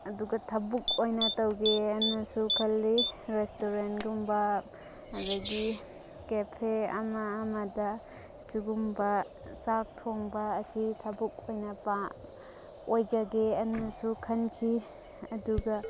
ꯑꯗꯨꯒ ꯊꯕꯛ ꯑꯣꯏꯅ ꯇꯧꯒꯦꯅꯁꯨ ꯈꯜꯂꯤ ꯔꯦꯁꯇꯨꯔꯦꯟꯒꯨꯝꯕ ꯑꯗꯒꯤ ꯀꯦꯐꯦ ꯑꯃ ꯑꯃꯗ ꯁꯨꯒꯨꯝꯕ ꯆꯥꯛ ꯊꯣꯡꯕ ꯑꯁꯤ ꯊꯕꯛ ꯑꯣꯏꯅ ꯑꯣꯏꯖꯒꯦ ꯑꯅꯁꯨ ꯈꯟꯈꯤ ꯑꯗꯨꯒ